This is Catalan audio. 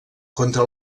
contra